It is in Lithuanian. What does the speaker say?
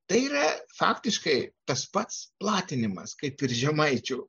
tai yra faktiškai tas pats platinimas kaip ir žemaičių